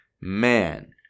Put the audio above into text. man